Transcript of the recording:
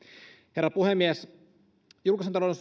herra puhemies julkisen talouden